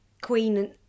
Queen